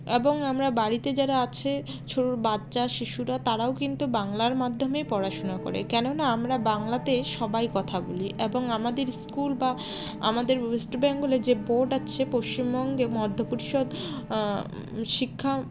এবং আমরা বাড়িতে যারা আছে বাচ্চা শিশুরা তারাও কিন্তু বাংলার মাধ্যমেই পড়াশুনা করে কেননা আমরা বাংলাতে সবাই কথা বলি এবং আমাদের স্কুল বা আমাদের ওয়েস্ট বেঙ্গলে যে বোর্ড আছে পশ্চিমবঙ্গে মধ্য পরিষদ শিক্ষা